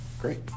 Great